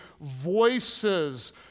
voices